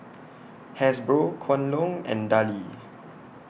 Hasbro Kwan Loong and Darlie